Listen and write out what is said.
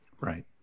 Right